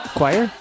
Choir